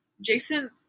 Jason